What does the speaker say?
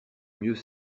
mieux